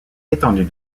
étendue